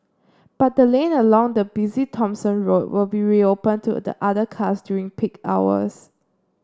but the lane along the busy Thomson Road will be reopened to other cars during peak hours